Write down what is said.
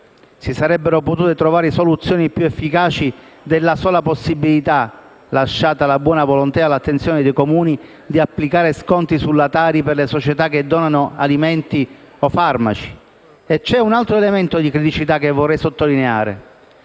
Si sarebbero potute trovare soluzioni più efficaci della sola possibilità (lasciata alla buona volontà e all'attenzione dei Comuni) di applicare sconti sulla TARI per le società che donano alimenti o farmaci. C'è un altro elemento di criticità che vorrei sottolineare.